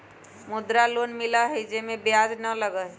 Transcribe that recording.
मुद्रा लोन मिलहई जे में ब्याज न लगहई?